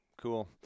Cool